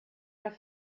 der